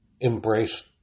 embrace